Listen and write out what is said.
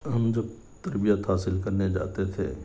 ہم جب تربیت حاصل کرنے جاتے تھے